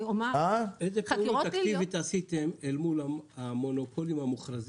איזה פעילות אקטיבית עשיתם אל מול המונופולים המוכרזים?